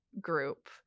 group